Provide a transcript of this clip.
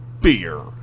beer